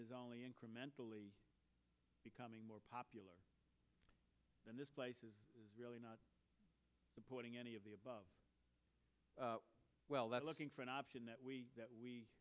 is only incrementally becoming more popular and this place is really not supporting any of the above well that's looking for an option that we that we